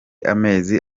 amezi